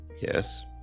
Yes